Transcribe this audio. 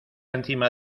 encima